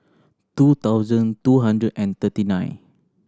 two thousand two hundred and thirty nine